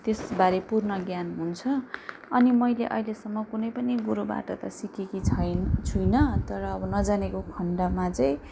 त्यसबारे पूर्ण ज्ञान हुन्छ अनि मैले अहिलेसम्म कुनै पनि गुरुबाट त सिकेकी छैन छुइनँ तर अब नजानेको खण्डमा चाहिँ